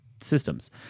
systems